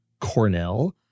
Cornell